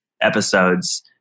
episodes